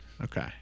Okay